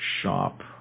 shop